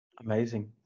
amazing